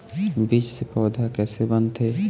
बीज से पौधा कैसे बनथे?